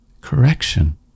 correction